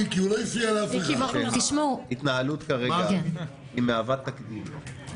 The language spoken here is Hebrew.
אל תנהג כמוהם.